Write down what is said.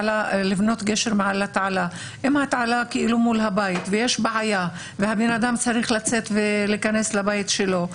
מה אם התעלה מול הבית והבן אדם צריך להיכנס לבית שלו?